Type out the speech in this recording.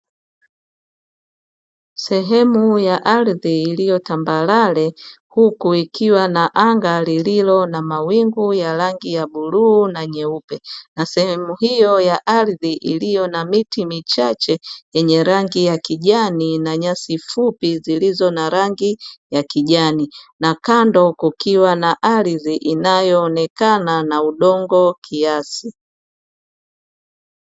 Sehemu ya ardhi iliyo tambarare, huku ikiwa na anga lilio na mawingu ya rangi ya bluu na nyeupe. Na sehemu hiyo ya ardhi iliyo na miti michache yenye rangi ya kijani na nyasi fupi zilizo na rangi ya kijani, na kando kukiwa na ardhi inayoonekana na udongo kiasi.